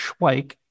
Schweik